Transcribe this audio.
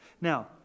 Now